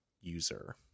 user